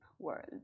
World